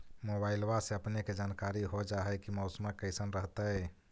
मोबाईलबा से अपने के जानकारी हो जा है की मौसमा कैसन रहतय?